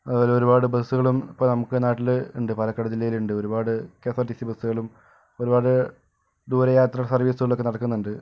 അതുപോലെ ഒരുപാട് ബസ്സുകളും ഇപ്പം നമുക്ക് നാട്ടില് ഉണ്ട് പാലക്കാട് ജില്ലയിൽ ഉണ്ട് ഒരുപാട് കെഎസ്ആർടിസി ബസുകളും ഒരുപാട് ദൂര യാത്ര സർവീസുകളും ഒക്കെ നടക്കുന്നുണ്ട്